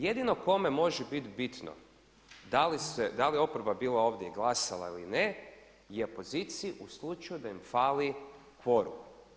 Jedino kome može biti bitno da li je oporba bila ovdje i glasala ili ne je poziciji u slučaju da im fali kvorum.